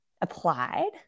applied